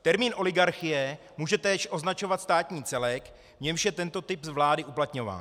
Termín oligarchie může též označovat státní celek, v němž je tento typ vlády uplatňován.